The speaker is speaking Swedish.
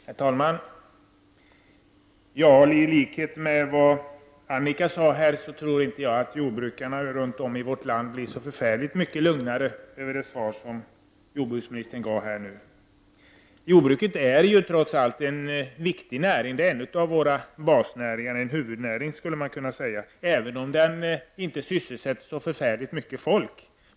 Herr talman! I likhet med Annika Åhnberg tror inte jag att jordbrukarna runt om i vårt land blir så mycket lugnare av det svar jordbruksministern här gav. Jordbruket är trots allt en viktig näring. Det är en av våra basnäringar, en huvudnäring skulle man kunna säga även om den inte sysselsätter så mycket folk.